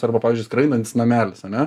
arba pavyzdžiui skraidantis namelis ane